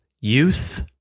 Youth